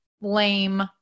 lame